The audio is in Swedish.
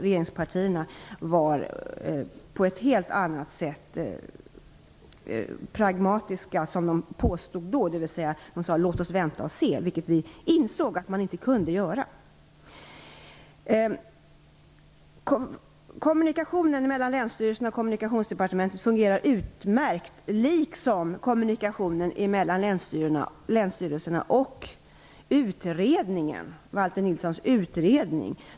Regeringspartierna påstod att de på ett helt annat sätt var pragmatiska, genom att säga att vi skulle vänta och se. Vi insåg att man inte kunde göra det. Kommunikationsdepartementet fungerar utmärkt, liksom kommunikationen mellan länsstyrelserna och Valter Nilssons utredning.